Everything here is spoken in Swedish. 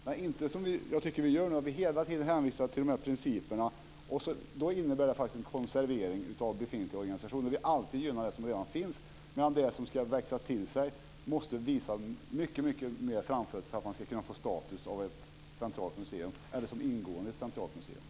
Men nu hänvisar vi hela tiden till de här principerna, och det innebär faktiskt en konservering av befintlig organisation att vi alltid gynnar det som redan finns, medan det som ska växa till sig måste visa framfötterna mycket mer för att man ska kunna få status av att man ingår i ett centralt museum.